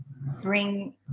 bring